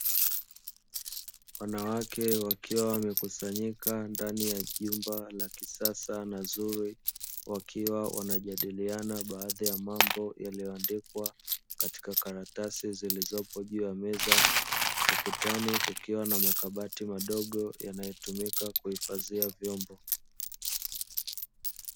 Wanawake wakiwa wamekusanyika ndani ya jumba la kisasa na zuri ,wakiwa wanajadiliana baadhi ya mambo yaliyo andikwa katika karatasi zilizopo juu ya meza ukutani kukiwa na makabati madogo yanayotumika kuhifadhia vyombo.